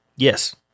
Yes